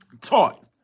taught